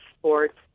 sports